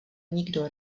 nikdo